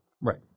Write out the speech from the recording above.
Right